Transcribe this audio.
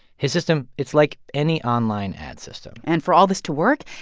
his system, it's like any online ad system and for all this to work,